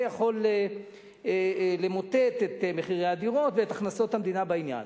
יכול למוטט את מחירי הדירות ואת הכנסות המדינה בעניין.